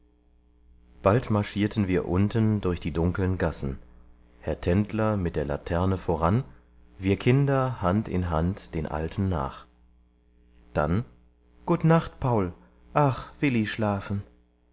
bald marschierten wir unten durch die dunkeln gassen herr tendler mit der laterne voran wir kinder hand in hand den alten nach dann gut nacht paul ach will i schlaf'n